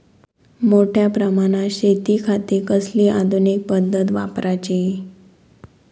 मोठ्या प्रमानात शेतिखाती कसली आधूनिक पद्धत वापराची?